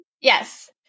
Yes